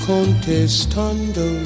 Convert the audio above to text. Contestando